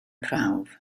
prawf